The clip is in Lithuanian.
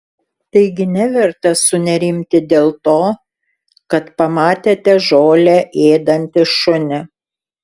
taigi neverta sunerimti dėl to kad pamatėte žolę ėdantį šunį